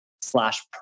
slash